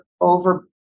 over